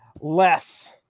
less